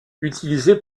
utilisés